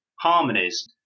harmonies